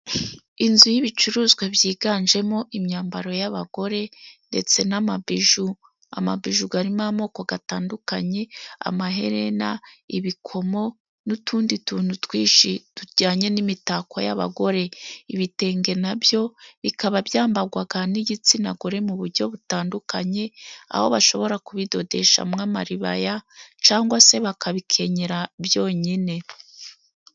Inzu y'ibicuruzwa byiganjemo imyambaro y'abagore ndetse n'amabiju, amabiju arimo n'amoko atandukanye; amaherena, ibikomo n'utundi tuntu twinshi tujyanye n'imitako y'abagore, ibitenge na byo bikaba byambarwa n'igitsina gore mu buryo butandukanye aho bashobora kubidodesha nk'amaribaya cyangwa se bakabikenyera byonyine.